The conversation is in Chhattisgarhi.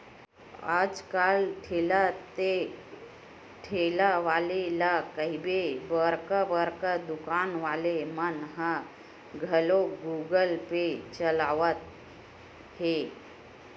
आज कल ठेला ते ठेला वाले ला कहिबे बड़का बड़का दुकान वाले मन ह घलोक गुगल पे चलावत हे